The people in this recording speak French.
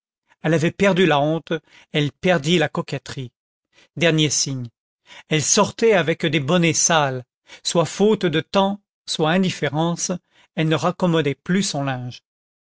elle avait perdu la honte elle perdit la coquetterie dernier signe elle sortait avec des bonnets sales soit faute de temps soit indifférence elle ne raccommodait plus son linge